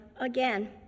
again